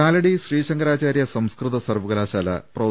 കാലടി ശ്രീശങ്കരാചാര്യ സംസ്കൃത സർവ്വകലാശാല പ്രൊഫ